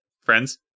friends